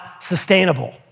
sustainable